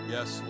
Yes